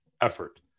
effort